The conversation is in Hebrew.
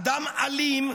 אדם אלים,